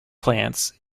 plants